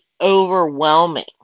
overwhelming